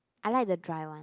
I like the dry one